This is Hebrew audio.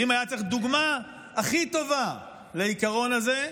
ואם היה צריך דוגמה הכי טובה לעיקרון הזה,